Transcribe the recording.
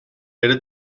era